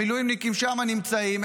המילואימניקים נמצאים שם,